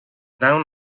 down